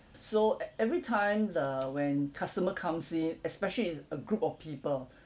so e~ every time the when customer comes in especially is a group of people